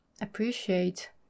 appreciate